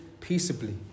peaceably